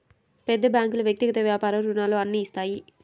పెద్ద బ్యాంకులు వ్యక్తిగత వ్యాపార రుణాలు అన్ని ఇస్తాయి